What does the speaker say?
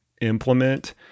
implement